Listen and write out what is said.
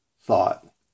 thought